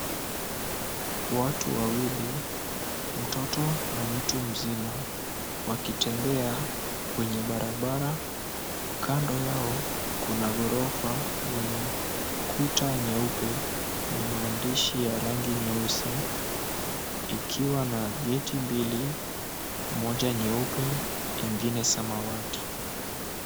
Watu wawili mtoto na mtu mzima wakitembea kwenye barabara, kando yao kuna ghorofa yenye kuta nyeupe na maandishi ya rangi nyeusi ikiwa na geti mbili, moja nyeupe, ingine samawati.